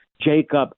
Jacob